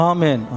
Amen